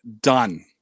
done